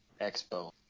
Expo